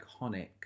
iconic